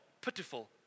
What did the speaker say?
pitiful